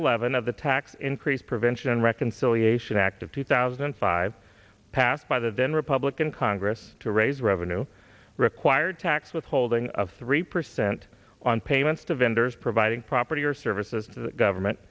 eleven of the tax increase prevention and reconciliation act of two thousand and five passed by the then republican congress to raise revenue required tax withholding of three percent on payments to vendors providing property or services to government